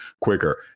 quicker